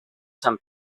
san